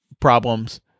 problems